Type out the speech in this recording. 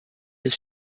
his